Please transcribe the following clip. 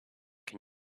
can